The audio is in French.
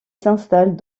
s’installent